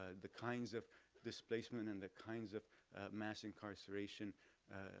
ah the kinds of displacement and the kinds of mass incarceration